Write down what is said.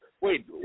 wait